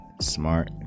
smart